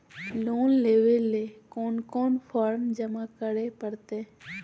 Loan लेवे ले कोन कोन फॉर्म जमा करे परते?